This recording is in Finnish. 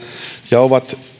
ja ovat